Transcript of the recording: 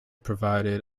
provided